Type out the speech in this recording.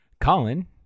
Colin